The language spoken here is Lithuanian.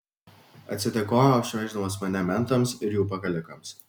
atsidėkojo apšmeiždamas mane mentams ir jų pakalikams